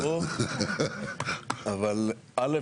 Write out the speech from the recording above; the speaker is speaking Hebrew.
א',